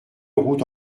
route